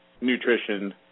nutrition